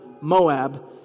Moab